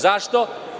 Zašto?